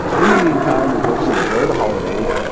in the meantime, we hope you enjoy the holidays,